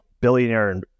billionaire